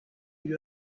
you